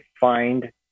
find